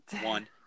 one